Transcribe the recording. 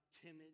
timid